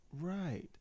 Right